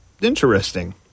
interesting